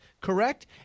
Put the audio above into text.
correct